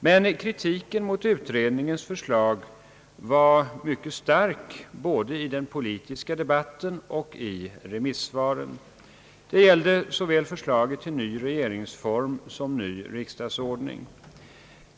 Men kritiken mot utredningens förslag var mycket stark, både i den politiska debatten och i remissvaren. Det gällde såväl förslaget till ny regeringsform som förslaget till ny riksdagsordning.